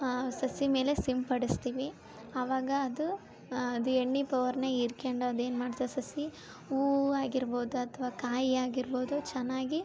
ಆ ಸಸಿ ಮೇಲೆ ಸಿಂಪಡಿಸ್ತೀವಿ ಆವಾಗ ಅದು ಅದು ಎಣ್ಣೆ ಪವರನ್ನ ಹೀರ್ಕೆಂಡು ಅದೇನು ಮಾಡ್ತದ ಸಸಿ ಹೂ ಆಗಿರ್ಬೋದು ಅಥವಾ ಕಾಯಿಯಾಗಿರ್ಬೋದು ಚೆನ್ನಾಗಿ